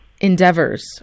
endeavors